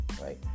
right